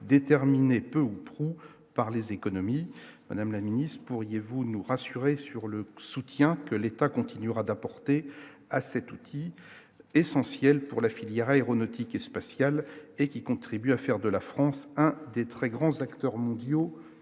déterminées, peu ou prou par les économies madame la Ministre, pourriez-vous nous rassurer sur le soutien de l'État continuera d'apporter à cet outil essentiel pour la filière aéronautique et spatiale et qui contribue à faire de la France, un des très grands acteurs mondiaux